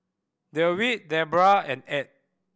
Dewitt Debbra and Add